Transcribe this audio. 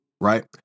right